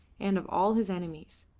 and of all his enemies.